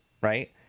right